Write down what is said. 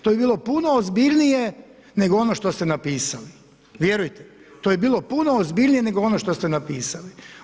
To bi bilo puno ozbiljnije, nego ono što ste napisali, vjerujte mi, to bi bilo puno ozbiljnije nego ono što ste napisali.